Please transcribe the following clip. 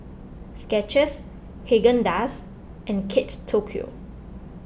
Skechers Haagen Dazs and Kate Tokyo